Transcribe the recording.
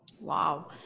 Wow